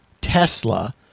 Tesla